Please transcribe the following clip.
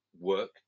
work